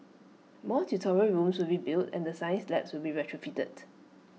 more tutorial rooms will be built and the science labs will be retrofitted